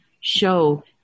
show